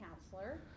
counselor